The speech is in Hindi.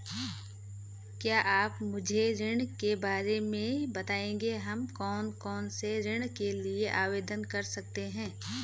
क्या आप मुझे ऋण के बारे में बताएँगे हम कौन कौनसे ऋण के लिए आवेदन कर सकते हैं?